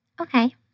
Okay